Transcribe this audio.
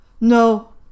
No